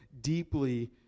deeply